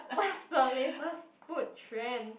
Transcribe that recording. what's the latest food trend